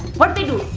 what they do?